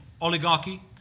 oligarchy